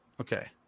Okay